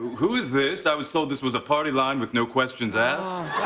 who is this? i was told this was a party line with no questions asked.